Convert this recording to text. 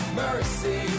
mercy